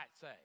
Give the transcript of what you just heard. say